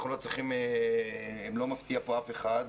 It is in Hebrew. אני לא מפתיע פה אף אחד,